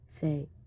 say